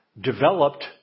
developed